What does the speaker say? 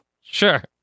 Sure